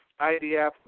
IDF